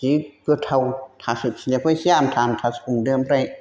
जि गोथाव थास' खिलिखौ इसे आमथा आमथा संदो ओमफ्राय